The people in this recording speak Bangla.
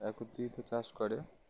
এক দিত চাষ করে